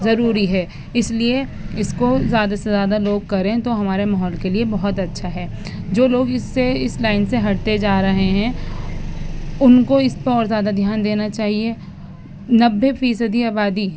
ضروری ہے اس لیے اس کو زیادہ سے زیادہ لوگ کریں تو ہمارے ماحول کے لیے بہت اچھا ہے جو لوگ اس سے اس لائن سے ہٹتے جا رہے ہیں ان کو اس پہ اور زیادہ دھیان دینا چاہیے نوے فیصدی آبادی